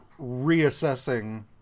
reassessing